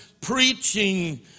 preaching